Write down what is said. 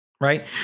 right